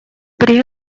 при